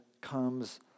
comes